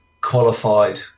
qualified